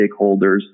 stakeholders